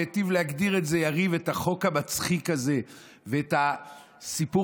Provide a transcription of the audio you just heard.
והיטיב להגדיר יריב את החוק המצחיק הזה ואת הסיפור